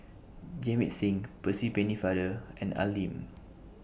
Jamit Singh Percy Pennefather and Al Lim